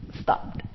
stopped